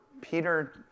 Peter